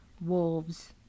wolves